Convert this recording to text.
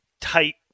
tight